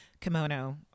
kimono